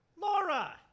Laura